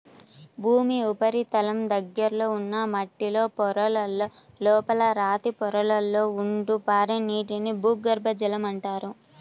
భూమి ఉపరితలం దగ్గరలో ఉన్న మట్టిలో పొరలలో, లోపల రాతి పొరలలో ఉంటూ పారే నీటిని భూగర్భ జలం అంటారు